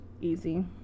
Easy